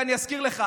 אני אזכיר לך.